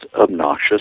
obnoxious